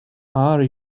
are